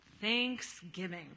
thanksgiving